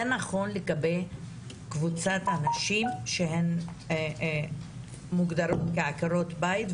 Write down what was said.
זה נכון לגבי קבוצת הנשים שמוגדרות כעקרות בית,